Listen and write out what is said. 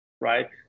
right